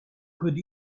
could